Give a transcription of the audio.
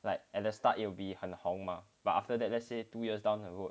like at the start it will be 很红 but after that let's say two years down the road